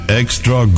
extra